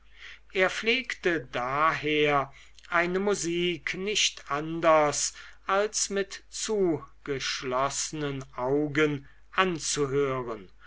er pflegte daher eine musik nicht anders als mit zugeschlossenen augen anzuhören